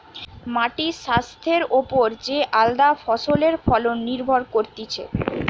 মাটির স্বাস্থ্যের ওপর যে আলদা ফসলের ফলন নির্ভর করতিছে